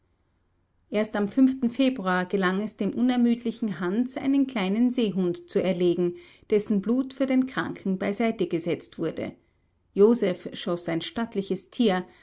erst am februar gelang es dem unermüdlichen hans einen kleinen seehund zu erlegen dessen blut für den kranken beiseite gesetzt wurde joseph schoß ein stattliches tier